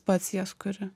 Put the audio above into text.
pats jas kuri